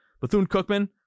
Bethune-Cookman